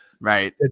Right